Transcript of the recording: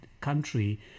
country